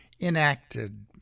enacted